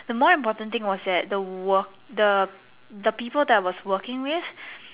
the more important thing was that the work the the people that was working with